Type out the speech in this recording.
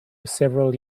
several